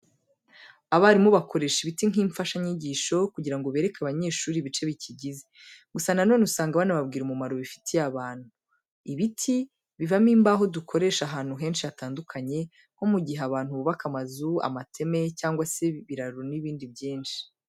Abarimu bakoresha ibiti nk'imfashanyigisho kugira ngo bereke abanyeshuri ibice bikigize, gusa na none usanga banababwira umumaro bifitiye abantu. Ibiti bivamo imbaho dukoresha ahantu henshi hatandukanye nko mu gihe abantu bubaka amazu, amateme cyangwa se ibiraro n'ibindi byinshi.